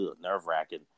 nerve-wracking